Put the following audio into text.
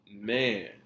Man